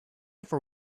for